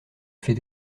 fée